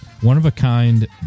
one-of-a-kind